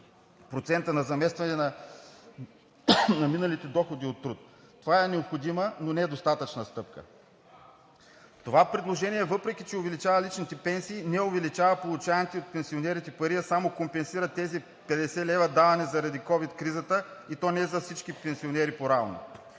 процента на заместване на миналите доходи от труд. Това е необходима, но недостатъчна стъпка. Това предложение, въпреки че увеличава личните пенсии, не увеличава получаваните от пенсионерите пари, а само компенсира тези 50 лв., давани заради ковид кризата, и то не за всички пенсионери поравно.